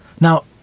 Now